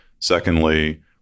Secondly